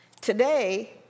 today